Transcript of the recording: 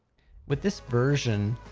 with this version,